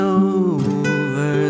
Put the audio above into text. over